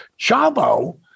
Chavo